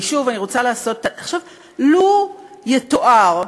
לו יתואר,